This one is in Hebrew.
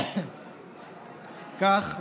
כך,